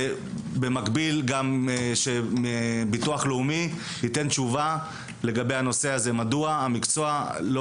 ובמקביל גם שביטוח לאומי ייתן תשובה מדוע המקצוע לא